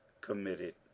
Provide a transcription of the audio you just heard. committed